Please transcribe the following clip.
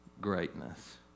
greatness